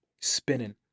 spinning